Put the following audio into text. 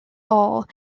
all